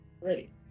Ready